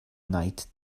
night